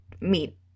meet